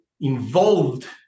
involved